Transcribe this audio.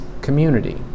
community